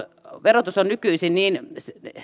verotus on nykyisin